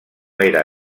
era